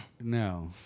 No